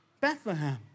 Bethlehem